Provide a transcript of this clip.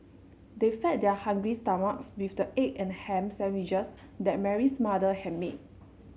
they fed their hungry stomachs with the egg and ham sandwiches that Mary's mother had made